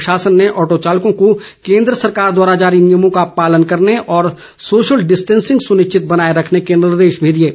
प्रशासन ने ऑटो चालकों को केंद्र सरकार द्वारा जारी नियमों का पालन करने और सोशल डिस्टेंसिंग सुनिश्चित बनाए रखने के निर्देश भी दिए हैं